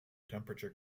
temperature